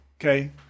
Okay